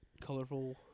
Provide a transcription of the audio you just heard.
Colorful